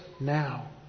now